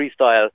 freestyle